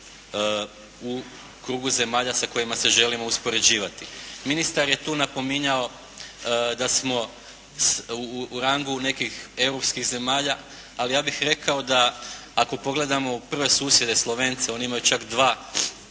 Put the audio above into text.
u krugu zemalja sa kojima se želimo uspoređivati. Ministar je tu napominjao da smo u rangu nekih europskih zemalja, ali ja bih rekao da ako pogledamo prve susjede Slovence, oni imaju čak dva